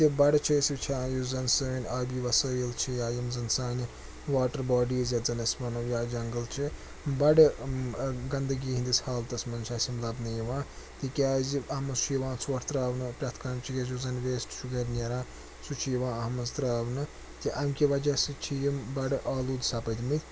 تہِ بَڈٕ چھِ أسۍ وُچھان یُس زَن سٲنۍ آبی وصٲیِل چھِ یا یِم زَن سانہِ واٹَر باڈیٖز یَتھ زَن أسۍ وَنو یا جَنٛگل چھِ بَڈٕ گنٛدٕگی ہٕنٛدِس حالتَس منٛز چھِ اَسہِ یِم لَبنہٕ یِوان تِکیٛازِ اَتھ منٛز چھُ یِوان ژھۄٹھ ترٛاونہٕ پرٛٮ۪تھ کانٛہہ چیٖز یُس زَن ویسٹ چھُ گرِ نیران سُہ چھُ یِوان اَتھ منٛز ترٛاونہٕ کہِ اَمہِ کہِ وجہ سۭتۍ چھِ یِم بَڈٕ آلوٗد سپٔدۍمٕتۍ